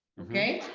okay?